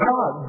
God